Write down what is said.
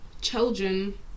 children